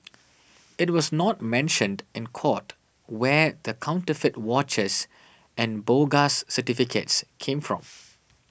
it was not mentioned in court where the counterfeit watches and bogus certificates came from